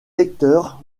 lecteurs